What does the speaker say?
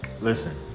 Listen